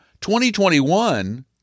2021